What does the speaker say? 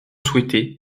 souhaité